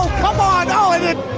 come on, oh and